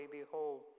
behold